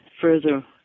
further